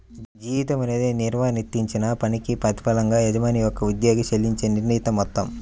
జీతం అనేది నిర్వర్తించిన పనికి ప్రతిఫలంగా యజమాని ఒక ఉద్యోగికి చెల్లించే నిర్ణీత మొత్తం